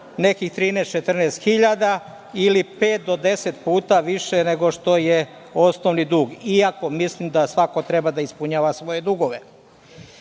nekih 13, 14 hiljada ili pet do deset puta više nego što je osnovni dug, iako mislim da svako treba da ispunjava svoje